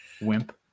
Wimp